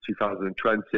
2020